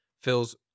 feels